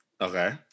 Okay